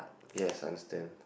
yes understand